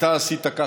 אתה עשית ככה,